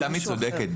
תמי צודקת.